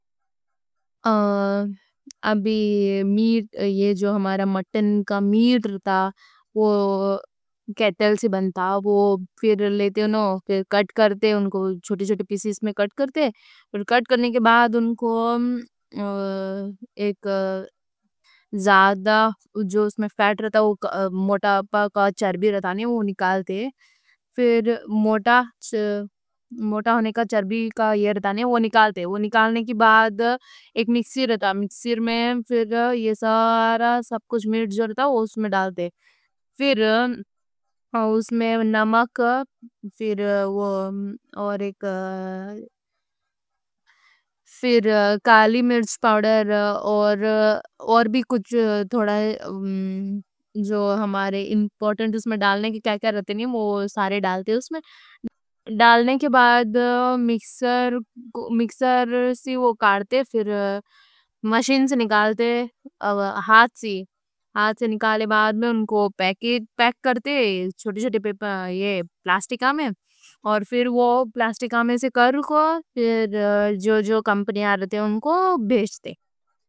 اب میٹ، مٹن کا میٹ رہتا وہ کیٹل سے بنتا۔ وہ پھر لیتے انہوں، پھر کٹ کرتے، ان کو چھوٹے چھوٹے پیسیز میں کٹ کرتے۔ کرتے، پھر کٹ کرنے کے بعد ان کو ایک زیادہ جو اس میں فیٹ رہتا، موٹا پا کا چربی رہتا نہیں، وہ نکالتے وہ۔ پھر موٹا موٹا ہونے کا چربی کا یہ رہتا نہیں، وہ نکالتے۔ نکالنے کے بعد ایک مکسر رہتا، مکسر میں پھر یہ سارا سب کچھ، مرچ جو رہتا وہ اس میں ڈالتے، پھر اس میں نمک۔ پھر اور ایک پھر کالی مرچ پاؤڈر اور اور بھی کچھ تھوڑا ہے جو ہمارے امپورٹنٹ اس میں ڈالنے کے کیا کیا رہتے نہیں، وہ سارے ڈالتے۔ اس میں ڈالنے کے بعد مکسر، مکسر سے وہ کرتے، پھر مشین سے نکالتے، ہاتھ سے ہاتھ سے۔ نکالنے کے بعد میں ان کو پیک کرتے، چھوٹے چھوٹے پپا، یہ۔ پلاسٹک آمیں، پھر وہ پلاسٹک آمیں سے کر رہا، پھر جو جو کمپنیاں رہتے ان کو بھیجتے۔